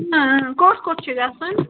آ آ کوٚت کوٚت چھِ گژھُن